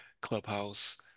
Clubhouse